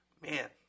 Man